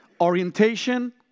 orientation